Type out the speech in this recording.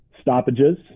stoppages